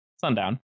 sundown